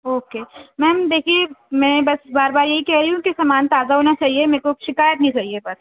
okay ma'am دیکھیے میں بس بار بار یہی کہہ رہی ہوں کہ سامان تازہ ہونا چاہیے میکو شکایت نہیں چاہیے بس